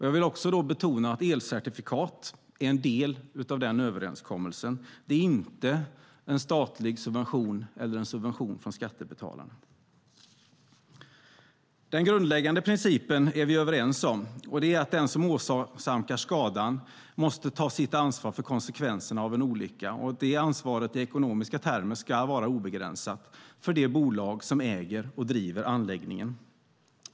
Jag vill betona att elcertifikat är en del av den överenskommelsen. Det är inte en statlig subvention eller en subvention från skattebetalarna. Den grundläggande principen är vi överens om, och det är att den som åsamkar skadan måste ta sitt ansvar för konsekvenserna av en olycka och att det ansvaret i ekonomiska termer ska vara obegränsat för det bolag som äger och driver anläggningen.